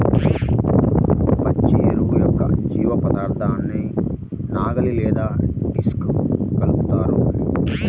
పచ్చి ఎరువు యొక్క జీవపదార్థాన్ని నాగలి లేదా డిస్క్తో కలుపుతారు